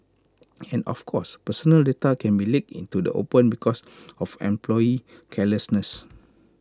and of course personal data can be leaked into the open because of employee carelessness